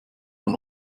von